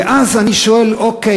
ואז אני שואל: אוקיי,